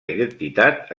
identitat